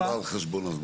זה לא על חשבון הזמן.